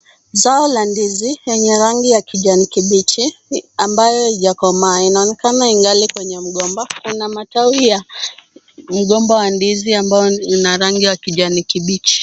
Zao la ndizi yenye rangi ya kijani kibichi ambayo haijakomaa inaonekana ingali kwenye mgomba. Kuna matawi ya mgomba wa ndizi ambao una rangi ya kijani kibichi.